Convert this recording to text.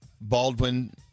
Baldwin